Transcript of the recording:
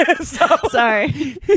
Sorry